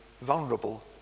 vulnerable